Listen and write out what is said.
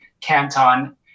Canton